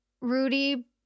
Rudy